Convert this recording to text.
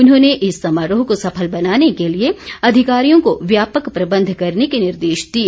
उन्होंने इस समारोह को सफल बनाने के लिए अधिकारियों को व्यापक प्रबंध करने के निर्देश दिए